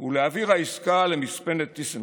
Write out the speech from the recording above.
ולהעביר את העסקה למספנת טיסנקרופ.